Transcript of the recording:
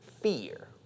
fear